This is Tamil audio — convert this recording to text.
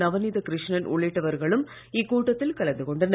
நவநீத கிருஷ்ணன் உள்ளிட்டவர்களும் இக்கூட்டத்தில் கலந்து கொண்டனர்